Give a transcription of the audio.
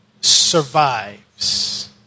survives